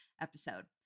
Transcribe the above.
episode